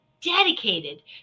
dedicated